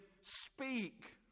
speak